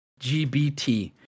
GBT